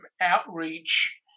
outreach